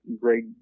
great